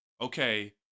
okay